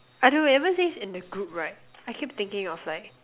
I don't know ever since in the group right I keep thinking of like